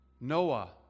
Noah